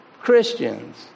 Christians